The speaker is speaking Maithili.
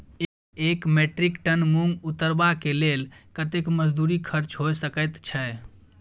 एक मेट्रिक टन मूंग उतरबा के लेल कतेक मजदूरी खर्च होय सकेत छै?